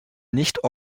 nicht